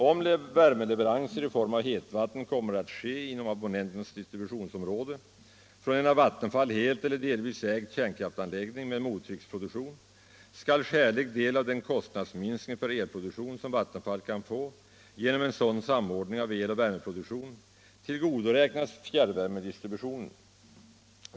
Om värmeleveranser i form av hetvatten kommer att ske inom Abonnentens distributionsområde från en av Vattenfall helt eller delvis ägd kärnkraftanläggning med mottrycksproduktion, skall skälig del av den kostnadsminskning för elproduktion, som Vattenfall kan få genom en sådan samordning av eloch värmeproduktion, tillgodoräknas fjärrvärmedistributionen.